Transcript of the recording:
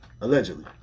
Allegedly